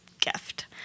gift